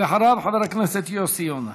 ואחריו, חבר הכנסת יוסי יונה.